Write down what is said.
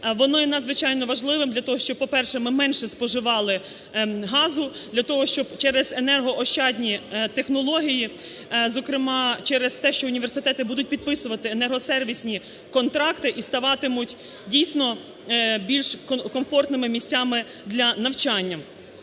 воно є надзвичайно важливим для того, щоб, по-перше, ми менше споживали газу, для того, щоб через енергоощадні технології, зокрема через те, що університети будуть підписувати енергосервісні контракти і ставатимуть, дійсно, більш комфортними місцями для навчання.